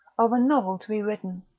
of a novel to be written,